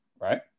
right